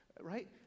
right